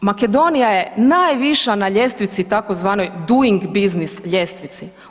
Makedonija je najviša na ljestvici tzv. Doing business ljestvici.